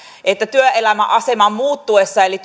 että työelämäaseman muuttuessa eli